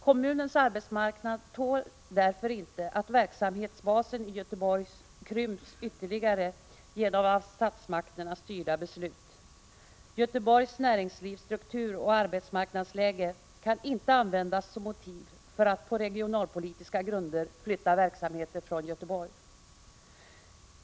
Kommunens arbetsmarknad tål därför inte att verksamhetsbasen i Göteborg krymps ytterligare genom av statsmakterna styrda beslut. Göteborgs näringslivsstruktur och arbetsmarknadsläge kan inte användas som motiv för att på regionalpolitiska grunder flytta verksamheter från Göteborg.